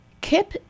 Kip